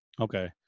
Okay